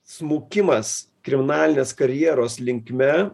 smukimas kriminalinės karjeros linkme